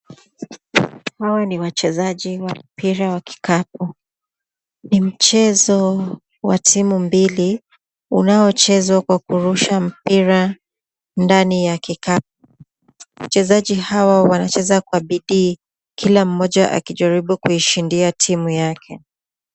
Hawa ni wachezaji wa mpira wa kikapu ni mchezo wa timu mbili unaochezwa kwa kurusha mpira ndani ya kikapu. Wachezaji hawa wanacheza kwa bidii kila mmoja akijaribu kuishindia timu yake.